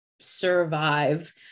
survive